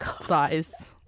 size